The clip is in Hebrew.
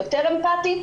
יותר אמפטיים,